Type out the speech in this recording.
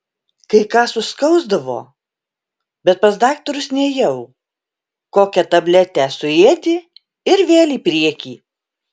kai ką suskausdavo bet pas daktarus nėjau kokią tabletę suėdi ir vėl į priekį